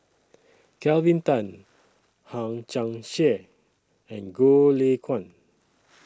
Kelvin Tan Hang Chang Chieh and Goh Lay Kuan